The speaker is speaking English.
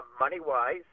money-wise